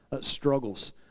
struggles